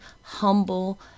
humble